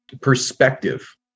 perspective